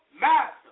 master